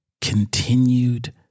continued